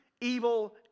evil